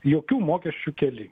jokių mokesčių kėlimo